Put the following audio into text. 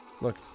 look